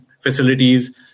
facilities